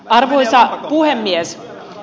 arvoisa puhemies